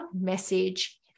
message